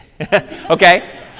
Okay